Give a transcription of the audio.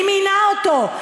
מי מינה אותו?